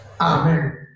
Amen